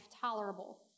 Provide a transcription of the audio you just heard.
tolerable